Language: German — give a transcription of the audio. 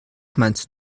meinst